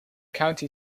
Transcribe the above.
county